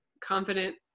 confident